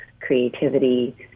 creativity